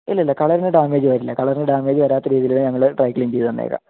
ഇല്ലില്ല കളറിന് ഡാമേജ് വരില്ല കളറിന് ഡാമേജ് വരാത്ത രീതിയിലിത് ഞങ്ങൾ ഡ്രൈ ക്ലീന് ചെയ്ത് തന്നേക്കാം